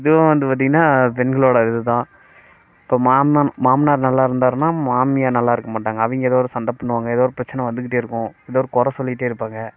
இதுவும் வந்து பார்த்தீங்கனா பெண்களோடய இது தான் இப்போ மாமன் மாமனார் நல்லாயிருந்தாருனா மாமியார் நல்லாயிருக்க மாட்டாங்க அவங்க ஏதோ ஒரு சண்டை பண்ணுவாங்க எதோ ஒரு பிரச்சனை வந்துக்கிட்டு இருக்கும் ஏதோ குறை சொல்லிட்டு இருப்பாங்க